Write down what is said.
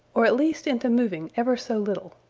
or at least into moving ever so little.